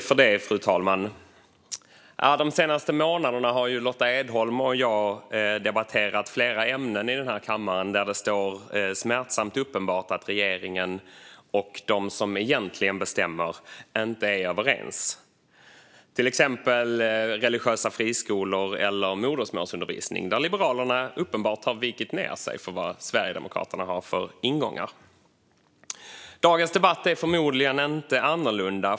Fru talman! De senaste månaderna har Lotta Edholm och jag debatterat flera ämnen i kammaren där det är smärtsamt uppenbart att regeringen och de som egentligen bestämmer inte är överens. Det gäller till exempel religiösa friskolor eller modersmålsundervisning, där Liberalerna uppenbart har vikit ned sig för vad Sverigedemokraterna har för ingångar. Dagens debatt är förmodligen inte annorlunda.